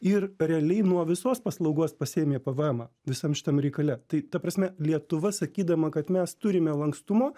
ir realiai nuo visos paslaugos pasiėmė pvmą visam šitam reikale tai ta prasme lietuva sakydama kad mes turime lankstumo